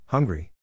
Hungry